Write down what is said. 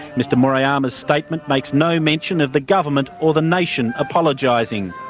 mr murayama's statement makes no mention of the government or the nation apologising.